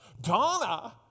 Donna